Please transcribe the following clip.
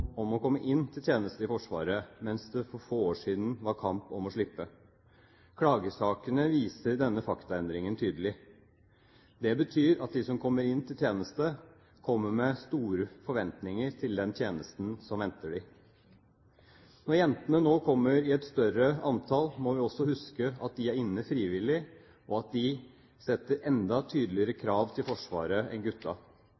om å komme inn til tjeneste i Forsvaret, mens det for få år siden var kamp om å slippe. Klagesakene viser denne faktaendringen tydelig. Det betyr at de som kommer inn til tjeneste, kommer med store forventninger til den tjenesten som venter dem. Når jentene nå kommer i et større antall, må vi også huske at de er inne frivillig, og at de setter enda tydeligere